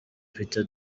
peter